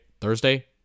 Thursday